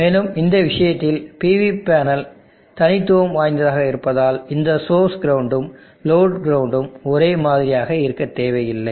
மேலும் இந்த விஷயத்தில் PV பேனல் தனித்துவம் வாய்ந்ததாக இருப்பதால் இந்த சோர்ஸ் கிரவுண்ட்டும் லோடு கிரவுண்டும் ஒரே மாதிரியாக இருக்க தேவையில்லை